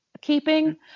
keeping